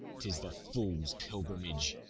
tis the fool's pilgrimage.